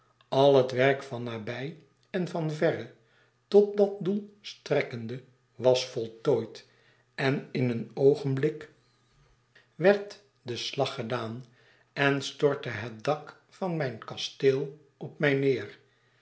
al het werk van nabij en van verre tot dat doel strekkende was voltooid en in een oogenblik een stobmachtige nacht in den temple werd de slag gedaan en stortte het dak van mijn kasteel op mij neer